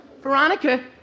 Veronica